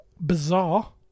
bizarre